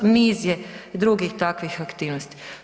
Niz je drugih takvih aktivnosti.